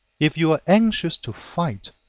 if you are anxious to fight,